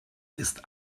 ist